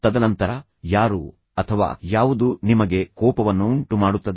ತದನಂತರ ಯಾರು ಅಥವಾ ಯಾವುದು ನಿಮಗೆ ಕೋಪವನ್ನುಂಟುಮಾಡುತ್ತದೆ